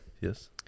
Yes